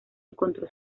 encontró